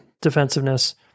defensiveness